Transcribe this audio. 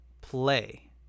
play